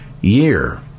year